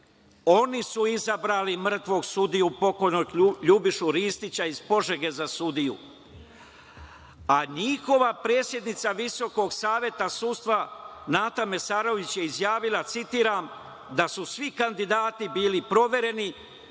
oni su izabrali mrtvog sudiju, pokojnog LJubišu Ristića iz Požege za sudiju, a njihova predsednica Visokog saveta sudstva, Nata Mesarović je izjavila, citiram, da su svi kandidati bili provereni